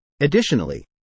Additionally